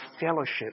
fellowship